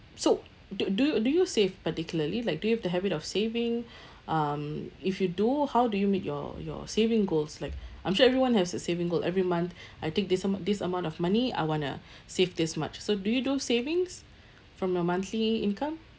so do do you do you save particularly like do you have the habit of saving um if you do how do you meet your your saving goals like I'm sure everyone has a saving goal every month I think this amou~ this amount of money I wanna save this much so do you do savings from your monthly income